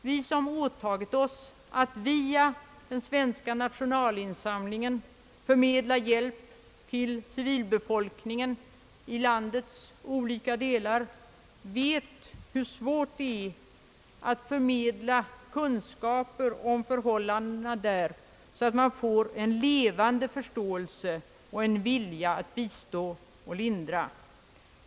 Vi som åtagit oss att via den svenska nationalinsamlingen förmedla hjälp till civilbefolkningen i landets olika delar vet hur svårt det är att hit förmedla kunskaper om förhållandena där, så att man får en levande förståelse och en vilja att bistå och lindra.